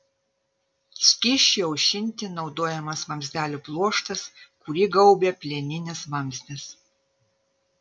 skysčiui aušinti naudojamas vamzdelių pluoštas kurį gaubia plieninis vamzdis